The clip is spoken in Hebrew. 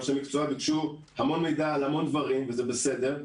הם אנשי מקצוע והם ביקשו המון מידע על המון דברים וזה בסדר.